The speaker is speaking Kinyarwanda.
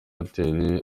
airtel